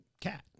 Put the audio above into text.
Cat